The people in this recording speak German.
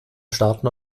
starten